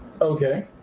Okay